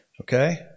Okay